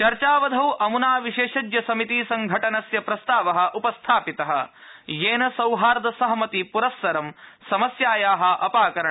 चर्चावधौ अमूना विशेषज्ञ समिति संघटनस्य प्रस्ताव उपस्थपित येन सौहार्द सहमति पुरस्सर समस्याया अपाकरण भवेत्